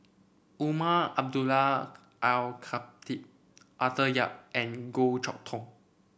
Umar Abdullah Al Khatib Arthur Yap and Goh Chok Tong